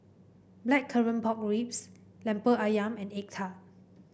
Blackcurrant Pork Ribs lemper ayam and egg tart